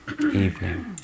evening